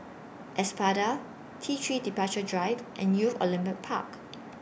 Espada T three Departure Drive and Youth Olympic Park